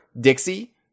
Dixie